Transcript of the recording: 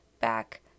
back